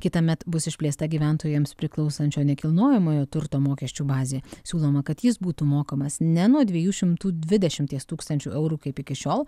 kitąmet bus išplėsta gyventojams priklausančio nekilnojamojo turto mokesčių bazė siūloma kad jis būtų mokamas ne nuo dviejų šimtų dvidešimties tūkstančių eurų kaip iki šiol